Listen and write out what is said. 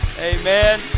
amen